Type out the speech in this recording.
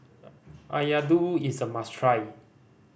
ayaddu is a must try